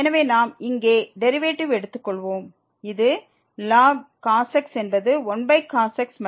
எனவே நாம் இங்கே டெரிவேட்டிவ்வை எடுத்துக்கொள்வோம் இது ln cos x என்பது 1cos x